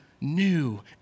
new